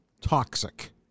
toxic